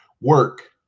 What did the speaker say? work